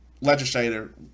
legislator